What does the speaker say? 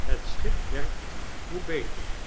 het schip mopes de kluizenaak werkt hoe beter